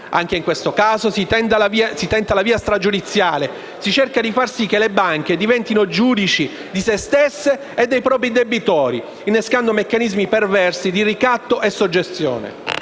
anche in questo caso si tenta la via stragiudiziale, si cerca di far sì che le banche diventino giudici di se stesse e dei propri debitori, innescando meccanismi perversi di ricatto e soggezione.